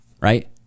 Right